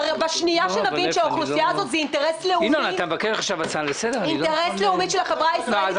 ברגע שנבין שהאוכלוסייה הזאת היא אינטרס לאומי של החברה הישראלית